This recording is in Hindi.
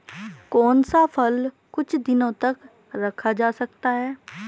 कौन सा फल कुछ दिनों तक रखा जा सकता है?